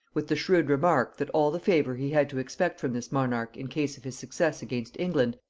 with the shrewd remark, that all the favor he had to expect from this monarch in case of his success against england,